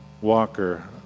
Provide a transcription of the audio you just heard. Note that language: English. Walker